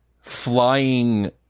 flying